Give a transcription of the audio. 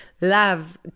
love